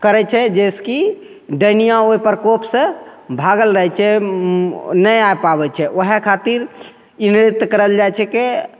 करै छै जाहिसेकि डैनिआँ ओइ प्रकोपसे भागल रहै छै ओ नहि आइ पाबै छै ओहै खातिर ई नृत्य करल जाइ छिकै